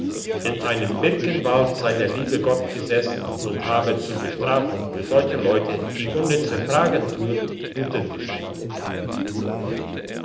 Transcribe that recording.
in einem birkenwald sei der liebe gott gesessen und habe zur bestrafung für solche leute die unnütze fragen tun ruten geschnitten